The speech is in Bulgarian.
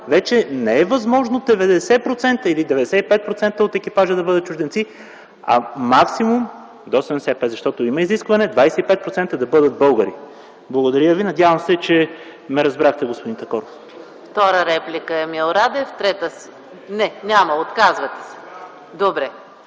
вече не е възможно 90 или 95% от екипажа да бъдат чужденци, а максимум до 75, тъй като има изискване 25% да бъдат българи. Надявам се, че ме разбрахте, господин Такоров.